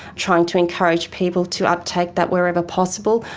trying to encourage people to uptake that wherever possible,